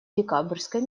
декабрьской